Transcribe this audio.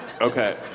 Okay